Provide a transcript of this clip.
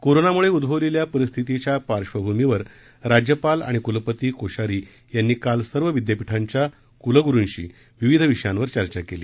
कोरोनामुळे उद्भवलेल्या परिस्थीतीच्या पार्श्वभूमीवर राज्यपाल आणि कुलपती कोश्यारी यांनी काल सर्व विद्यापीठांच्या कुलगुरूंशी विविध विषयांवर चर्चा केली